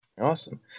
Awesome